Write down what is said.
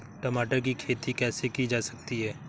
टमाटर की खेती कैसे की जा सकती है?